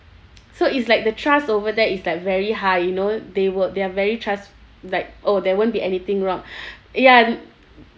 so it's like the trust over there is like very high you know they work they're very trust like oh there won't be anything wrong ya